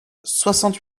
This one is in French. soixante